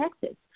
Texas